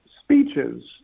speeches